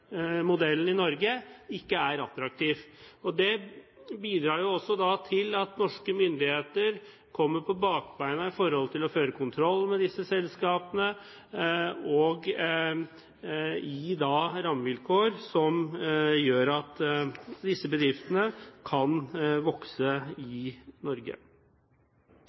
modellen i Norge ikke er attraktiv. Det bidrar også til at norske myndigheter kommer på bakbeina i forhold til å føre kontroll med disse selskapene og å gi rammevilkår som gjør at disse bedriftene kan vokse i Norge.